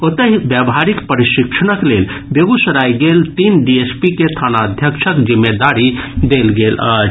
ओतहि व्यवहारिक प्रशिक्षणक लेल बेगूसराय गेल तीन डीएसपी के थानाध्यक्षक जिम्मेदारी देल गेल अछि